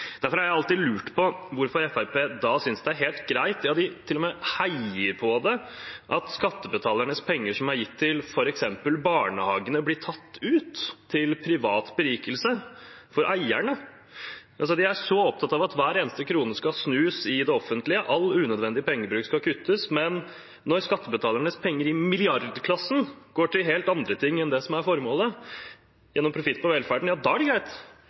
Jeg har alltid lurt på hvorfor Fremskrittspartiet da synes det er helt greit, ja, de til og med heier på det, at skattebetalernes penger som er gitt til f.eks. barnehagene, blir tatt ut til privat berikelse for eierne. De er så opptatt av at hver eneste krone skal snus i det offentlige, at all unødvendig pengebruk skal kuttes, men når skattebetalernes penger i milliardklassen går til helt andre ting enn det som er formålet, gjennom profitt på velferden, ja, da er det greit.